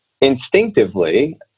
instinctively